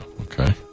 okay